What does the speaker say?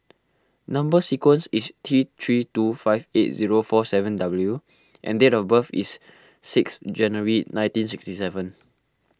Number Sequence is T three two five eight zero four seven W and date of birth is six January nineteen sixty seven